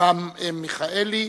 אברהם מיכאלי